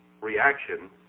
reaction